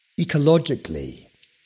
Ecologically